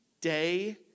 Day